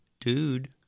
dude